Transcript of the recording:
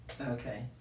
Okay